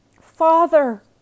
Father